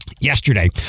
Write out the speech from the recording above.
yesterday